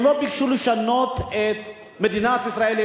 הם לא ביקשו לשנות את מדינת ישראל,